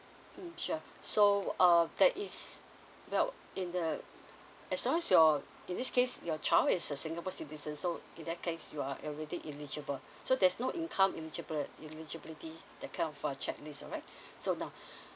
mm sure so um that is well in the as long as your in this case your child is a singapore citizen so in that case you are already eligible so there's no income eligibili~ eligibility that kind of a checklist alright so now